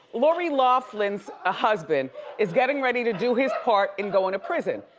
lori loughlin's ah husband is getting ready to do his part in going to prison.